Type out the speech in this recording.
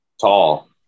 tall